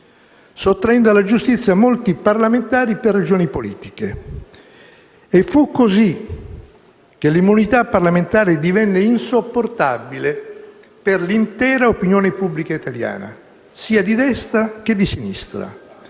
sottraendo alla giustizia molti parlamentari per ragioni politiche, e fu così che l'immunità parlamentare divenne insopportabile per l'intera opinione pubblica italiana, sia di destra che di sinistra.